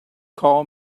call